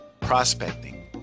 prospecting